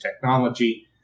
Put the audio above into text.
technology